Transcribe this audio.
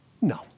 no